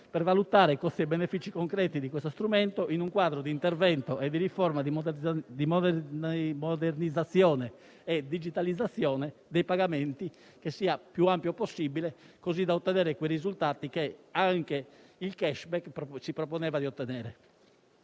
per valutare i costi e i benefici concreti di questo strumento, in un quadro di intervento e di riforma, di modernizzazione e digitalizzazione dei pagamenti che sia il più ampio possibile, così da ottenere quei risultati che anche il *cashback* si proponeva di ottenere.